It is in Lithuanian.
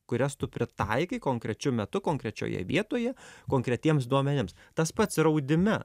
kurias tu pritaikai konkrečiu metu konkrečioje vietoje konkretiems duomenims tas pats ir audime